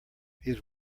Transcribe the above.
his